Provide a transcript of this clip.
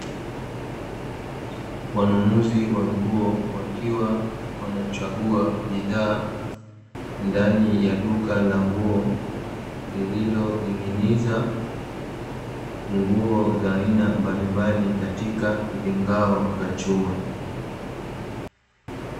Wanunuzi wa nguo wakiwa wanachagua bidhaa ndani ya duka la nguo, lililoning'iniza nguo za aina mbalimbali katika vingao vya chuma.